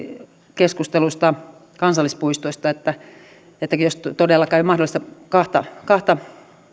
keskustelusta kansallispuistoista että jos todellakaan ei ole mahdollista kahta